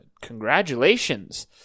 Congratulations